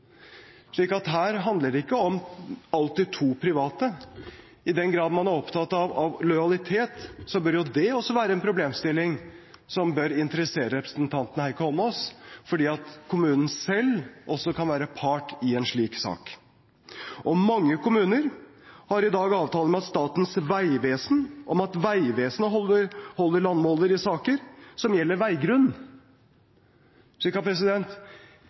her handler det ikke alltid om to private. I den grad man er opptatt av lojalitet, bør jo det også være en problemstilling som bør interessere representanten Heikki Eidsvoll Holmås, fordi kommunen selv også kan være part i en slik sak. Mange kommuner har i dag avtale med Statens vegvesen om at Vegvesenet holder landmåler i saker som gjelder veigrunn.